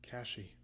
Cashy